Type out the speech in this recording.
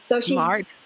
Smart